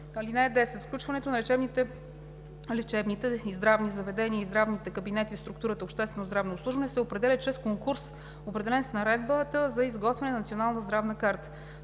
(10) Включването на лечебните, здравните заведения и здравните кабинети в структура „Обществено здравно обслужване“ се определя чрез конкурс, определен с наредбата за изготвяне на Националната здравна карта.